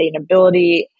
sustainability